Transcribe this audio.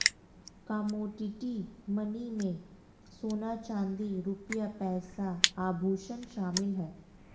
commodity money में सोना चांदी रुपया पैसा आभुषण शामिल है